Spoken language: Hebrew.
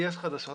יש חדשות.